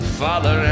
father